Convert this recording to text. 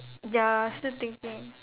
ya still thinking